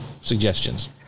suggestions